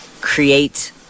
create